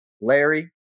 Larry